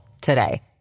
today